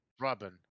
Robin